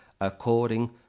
According